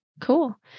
cool